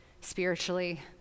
spiritually